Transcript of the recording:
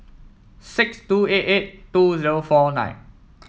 six two eight eight two zero four nine